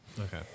Okay